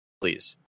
please